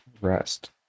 Rest